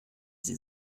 sie